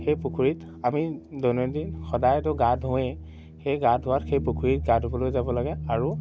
সেই পুখুৰীত আমি দৈনন্দিন সদায়তো গা ধুৱেই সেই গা ধোৱাত সেই পুখুৰীত গা ধুবলৈ যাব লাগে আৰু